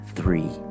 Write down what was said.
Three